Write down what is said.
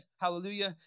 Hallelujah